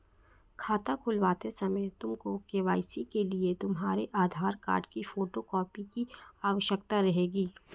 खाता खुलवाते समय तुमको के.वाई.सी के लिए तुम्हारे आधार कार्ड की फोटो कॉपी की आवश्यकता रहेगी